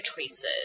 choices